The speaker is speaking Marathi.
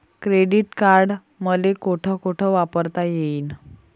क्रेडिट कार्ड मले कोठ कोठ वापरता येईन?